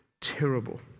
terrible